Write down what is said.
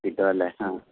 കിട്ടുമല്ലേ ആ